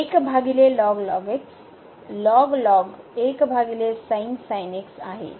तर हे आहे